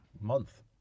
month